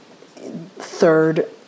Third